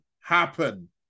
happen